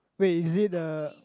wait is it the